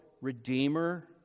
redeemer